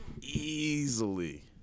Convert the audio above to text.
easily